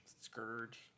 Scourge